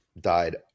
died